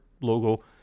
logo